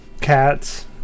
cats